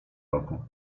roku